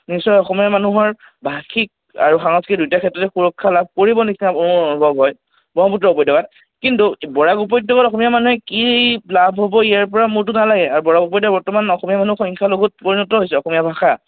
নিশ্চয় অসমীয়া মানুহৰ ভাষিক আৰু সাংস্কৃতিক দুয়োটা ক্ষেত্ৰতে সুৰক্ষা লাভ কৰিব নিচিনা মোৰ অনুভৱ হয় ব্ৰহ্মপুত্ৰ উপত্যকাত কিন্তু বৰাক উপত্যকাত অসমীয়া মানুহে কি লাভ হ'ব ইয়াৰ পৰা মোৰতো নালাগে আৰু বৰাক উপত্যকাত বৰ্তমান অসমীয়া মানুহ সংখ্যালঘুত পৰিণত হৈছে অসমীয়া ভাষা